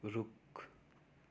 रुख